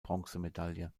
bronzemedaille